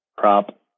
Prop